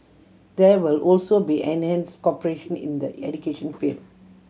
there will also be enhance cooperation in the education field